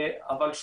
אבל,